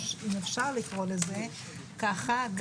אפשר לקרוא לזה ככה,